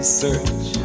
search